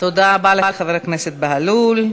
תודה רבה לחבר הכנסת בהלול.